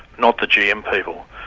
not the gm people.